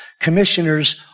Commissioners